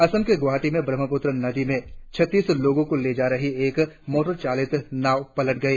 असम के गुवाहाटी में ब्रह्मपुत्र नदी में छत्तीस लोगों को ले जा रही एक मोटर चालित नाव पलट गइ